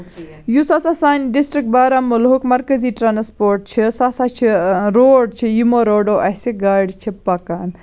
یُس ہَسا سانہِ ڈِسٹرک بارامُلہُک مرکزی ٹرانسپوٹ چھِ سُہ ہَسا چھِ روڈ چھِ یِمو روڈو اَسہِ گاڑِ چھِ پَکان